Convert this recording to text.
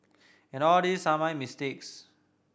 and all these are my mistakes